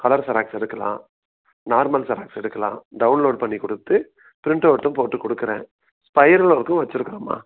colour xerox எடுக்கலாம் normal xerox எடுக்கலாம் download பண்ணி கொடுத்து பிரிண்ட்அவுட்டும் போட்டு கொடுக்கறேன் ஸ்பைரல் ஒர்க்கும் வச்சிருக்கறேம்மா